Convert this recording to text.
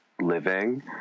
living